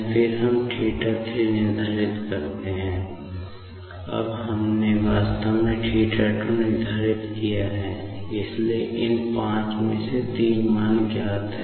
फिर हम θ 3 निर्धारित करते हैं फिर हमने वास्तव में θ 2 निर्धारित किया इसलिए इन पाँच मान में से तीन मान ज्ञात हैं